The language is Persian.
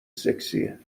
سکسیه